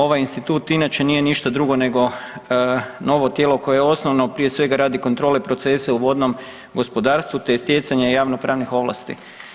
Ovaj institut inače nije ništa drugo nego novo tijelo koje je osnovano prije svega radi kontrole procesa u vodnom gospodarstvu, te stjecanja javnopravnih ovlasti.